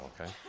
okay